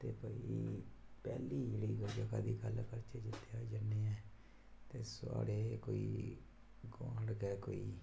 ते कोई पैह्ली जगह दी गल्ल करचै जित्थें अस जन्ने होन्ने आं ते साढ़े कोई कोल गै कोई